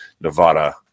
Nevada